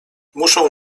muszę